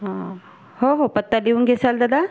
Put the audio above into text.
हं हो हो पत्ता लिहून घेसाल दादा